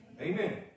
Amen